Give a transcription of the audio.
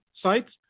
sites